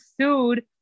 sued